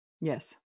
Yes